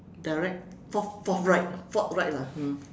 direct forth~ forthright forthright lah mm